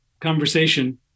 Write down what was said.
conversation